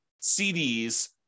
CDs